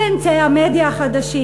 באמצעי המדיה החדשים,